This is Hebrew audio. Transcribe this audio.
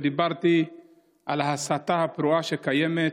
ודיברתי על ההסתה הפרועה שקיימת